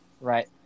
Right